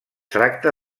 tracta